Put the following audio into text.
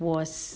was